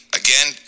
again